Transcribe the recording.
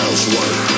Housework